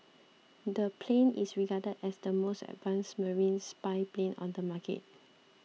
the plane is regarded as the most advanced marine spy plane on the market